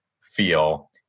feel